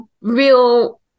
real